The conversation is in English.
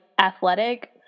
athletic